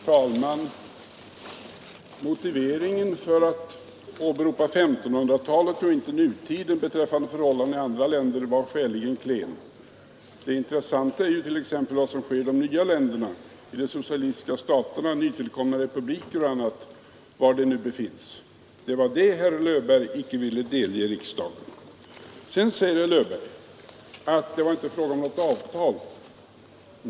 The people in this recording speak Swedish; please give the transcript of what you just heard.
Herr talman! Motiveringen för att åberopa 1500-talet och inte nutiden beträffande förhållandena i andra länder var skäligen klen. Det intressanta är ju vad som sker i de nya länderna, i de socialistiska staterna, i nytillkomna republiker, osv. Det var detta herr Löfberg icke ville delge riksdagen. Herr Löfberg sade att det var inte fråga om något avtal.